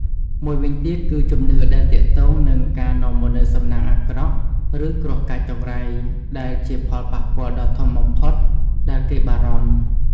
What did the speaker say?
មួយវិញទៀតគឺជំនឿដែលទាក់ទងនឹងការនាំមកនូវសំណាងអាក្រក់ ឬគ្រោះកាចចង្រៃ ដែលជាផលប៉ះពាល់ដ៏ធំបំផុតដែលគេបារម្ភ។